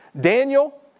Daniel